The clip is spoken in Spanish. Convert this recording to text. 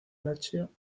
lazio